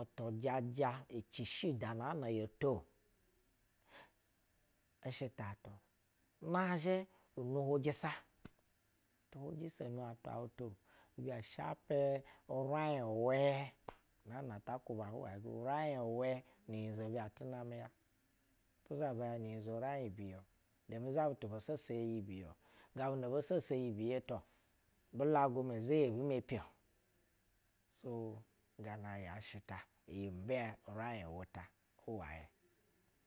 utijaja icishi uda na na yoto ushɛ tatu na zhɛ unu hwujɛsa, uhwujasa nu-atwa, wutu-o ibɛ shapɛ uranyɛ wɛ naan a ta kwuba huwayɛ go ni nyizo ga ti namɛ ya. Ya tu zabutu bo so so ya iyi biye o. gabu na bo soso ya iyi biye-o gabu na bo soso iyi biye ta bu lagumɛ za yi ebi meoi-o so gana yaashɛ ta jɛ urain wɛ ta huwayɛ.